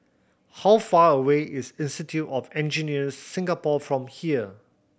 how far away is Institute of Engineers Singapore from here